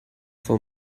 for